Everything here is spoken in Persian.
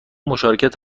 مشارکت